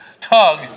tug